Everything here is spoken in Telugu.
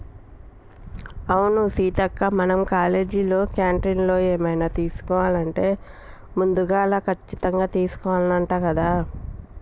అవును సీతక్క మనం కాలేజీలో క్యాంటీన్లో ఏమన్నా తీసుకోవాలంటే ముందుగాల కచ్చితంగా తీసుకోవాల్నంట కదా